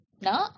no